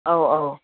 ꯑꯧ ꯑꯧ